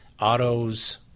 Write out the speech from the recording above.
Autos